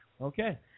Okay